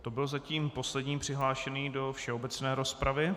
To byl zatím poslední přihlášený do všeobecné rozpravy.